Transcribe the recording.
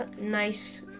nice